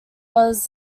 was